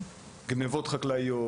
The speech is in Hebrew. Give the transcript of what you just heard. שבצע עבירה כמו גניבות חקלאיות,